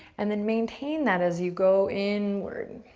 and then maintain that as you go inward,